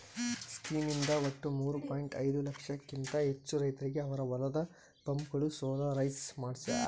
scheme ಇಂದ ಒಟ್ಟು ಮೂರೂ ಪಾಯಿಂಟ್ ಐದೂ ದಶಲಕ್ಷಕಿಂತ ಹೆಚ್ಚು ರೈತರಿಗೆ ಅವರ ಹೊಲದ ಪಂಪ್ಗಳು ಸೋಲಾರೈಸ್ ಮಾಡಿಸ್ಯಾರ್